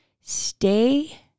stay